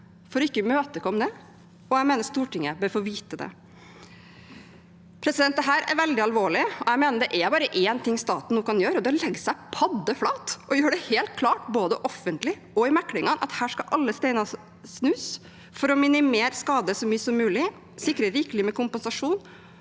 for ikke å imøtekomme det? Jeg mener Stortinget bør få vite det. Dette er veldig alvorlig, og jeg mener det er bare én ting staten nå kan gjøre. Det er å legge seg paddeflat og gjør det helt klart, både offentlig og i meklingene, at her skal alle steiner snus for å minimere skadene så mye som mulig, sikre rikelig med kompensasjon